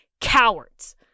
cowards